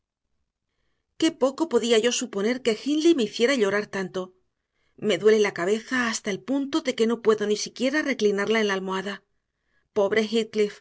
qué poco podía yo suponer que hindley me hiciera llorar tanto me duele la cabeza hasta el punto de que no puedo ni siquiera reclinarla en la almohada pobre